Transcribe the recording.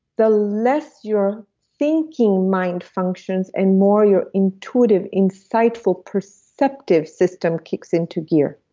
the less your thinking mind functions and more your intuitive insightful perceptive system kicks into gear.